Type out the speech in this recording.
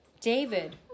David